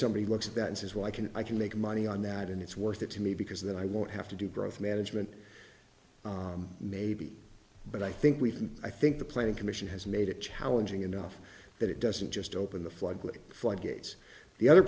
somebody looks at that and says well i can i can make money on that and it's worth it to me because then i won't have to do growth management maybe but i think we can i think the planning commission has made it challenging enough that it doesn't just open the